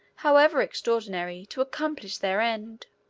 however extraordinary, to accomplish their end.